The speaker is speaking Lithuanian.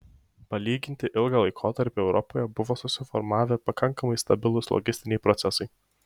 palyginti ilgą laikotarpį europoje buvo susiformavę pakankamai stabilūs logistiniai procesai